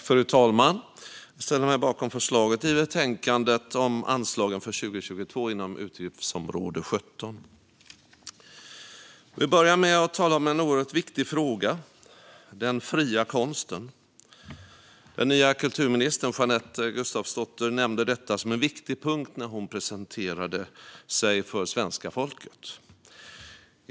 Fru talman! Jag ställer mig bakom förslaget i betänkandet om anslagen för 2022 inom utgiftsområde 17. Jag vill börja med att tala om en oerhört viktig fråga - den fria konsten. Den nya kulturministern, Jeanette Gustafsdotter, nämnde detta som en viktig punkt när hon presenterade sig för svenska folket.